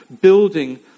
building